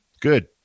good